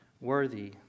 worthy